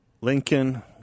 Lincoln